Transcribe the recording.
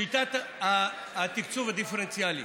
שיטת התקצוב הדיפרנציאלי,